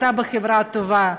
אתה בחברה טובה.